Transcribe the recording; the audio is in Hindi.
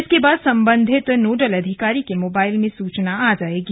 इसके बाद सम्बन्धित नोडल अधिकारी के मोबाइल में सूचना आ जाएगी